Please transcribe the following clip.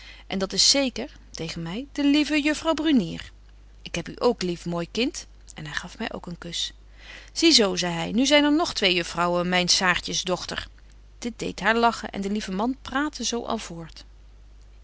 en dit is zeker tegen my de lieve juffrouw brunier ik heb u ook lief mooi kind en hy gaf my ook een kusch zie zo zei hy nu zyn er nog twee juffrouwen myn saartjes dochter dit deedt haar lachen en de lieve man praatte zo al voort